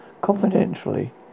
confidentially